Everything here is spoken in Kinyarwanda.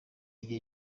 igihe